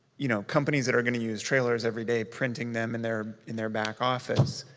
you know, companies that are gonna use trailers every day, printing them in their in their back office.